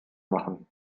machen